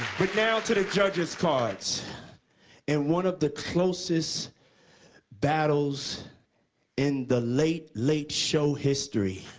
but now to the judges' cards in one of the closest battles in the late late show history.